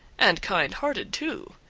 and kind-hearted, too,